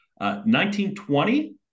1920